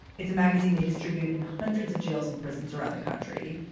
it's a magazine they distribute in hundreds of jails and prisons around the country.